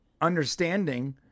understanding